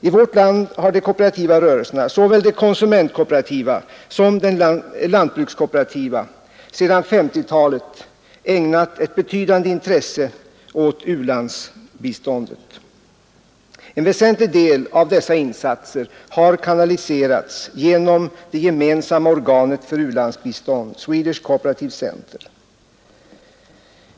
I vårt land har de kooperativa rörelserna, såväl de konsumentkooperativa som den lantbrukskooperativa, sedan 1950-talet ägnat ett betydande intresse åt u-landsbiståndet. En väsentlig del av dessa insatser har kanaliserats genom det gemensamma organet för u-landsbistånd, Swedish Cooperative Centre.